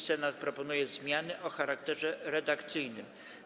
Senat proponuje zmiany o charakterze redakcyjnym.